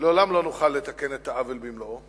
לעולם לא נוכל לתקן את העוול במלואו.